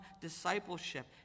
discipleship